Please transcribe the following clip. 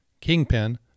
Kingpin